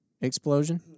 explosion